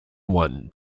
one